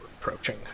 approaching